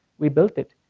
we built it.